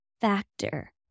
factor